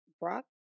Brock